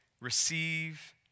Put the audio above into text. receive